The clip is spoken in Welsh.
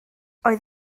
oedd